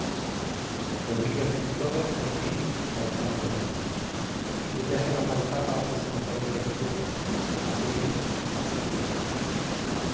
reunidos allí todos en fin la echamos de menos ella sola faltaba a sus compañeros de fuga a su hijo a su esposo